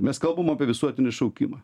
mes kalbam apie visuotinį šaukimą